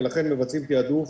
ולכן מבצעים תיעדוף